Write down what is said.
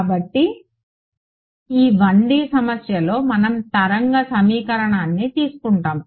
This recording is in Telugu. కాబట్టి ఈ 1D సమస్యలో మనం తరంగ సమీకరణాన్ని తీసుకుంటాము